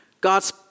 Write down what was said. God's